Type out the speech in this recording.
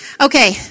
Okay